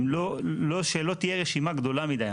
שלא תהיה רשימה גדולה מידי.